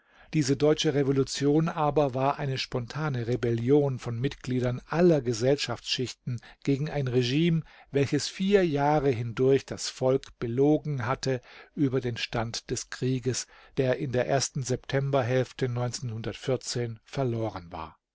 diese deutsche revolution aber war eine spontane rebellion von mitgliedern aller gesellschaftsschichten gegen ein regime welches vier jahre hindurch das volk belogen hatte über den stand des krieges der in der ersten septemberhälfte verloren war